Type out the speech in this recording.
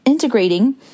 Integrating